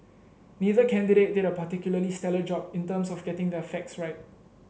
neither candidate did a particularly stellar job in terms of getting their facts right